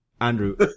Andrew